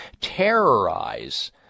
terrorize